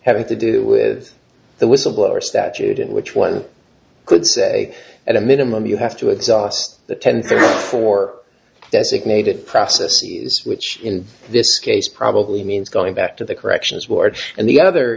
having to do with the whistleblower statute in which one could say at a minimum you have to exhaust the ten thirty four designated processes which in this case probably means going back to the corrections ward and the other